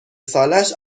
سالش